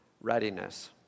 readiness